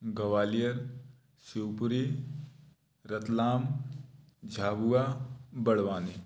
Gwalior Shivpuri Ratlam Jhabua Barwani